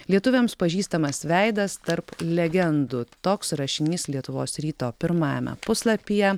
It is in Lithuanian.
lietuviams pažįstamas veidas tarp legendų toks rašinys lietuvos ryto pirmajame puslapyje